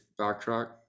backtrack